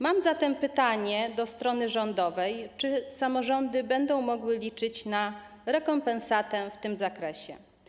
Mam zatem pytanie do strony rządowej: Czy samorządy będą mogły liczyć na rekompensatę w tym zakresie?